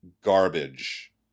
garbage